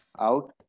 out